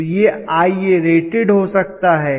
तो यह Iarated हो सकता है